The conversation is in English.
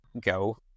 go